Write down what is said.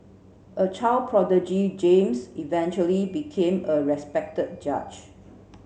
a child prodigy James eventually became a respected judge